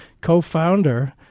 co-founder